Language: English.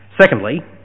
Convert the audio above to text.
Secondly